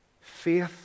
Faith